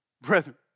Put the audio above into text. brethren